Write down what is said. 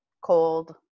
cold